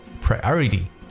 priority